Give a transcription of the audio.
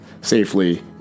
safely